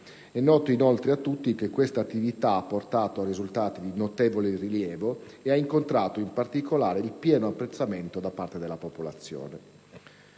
È inoltre noto a tutti che tale attività ha portato a risultati di notevole rilievo incontrando, in particolare, il pieno apprezzamento della popolazione.